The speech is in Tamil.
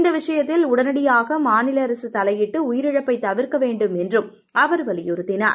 இந்த விஷயத்தில் உடனடியாக மாநில அரசு தலையிட்டு உயிரிழப்பை தவிர்க்க வேண்டும் என்றும் அவர் வலியுறுத்தினார்